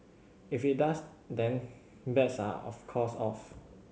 if it does then bets are of course off